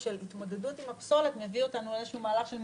של באמת להפנים את הסיכונים הסביבתיים בהשקעות בסקטור